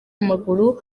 w’amaguru